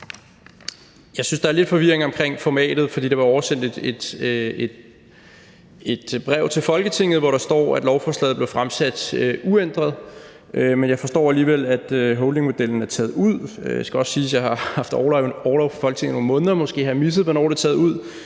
Jeg synes, at der er lidt forvirring omkring formatet, for der er blevet oversendt et brev til Folketinget, hvor der står, at lovforslaget blev fremsat uændret, men jeg forstår alligevel, at holdingmodellen er taget ud. Det skal måske også siges, at jeg har haft orlov fra Folketinget i nogle måneder, og måske har jeg misset, at det er blevet taget ud